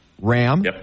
RAM